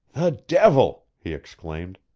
the devil! he exclaimed.